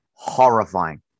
Horrifying